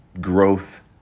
growth